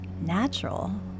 natural